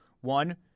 One